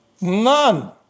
None